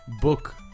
book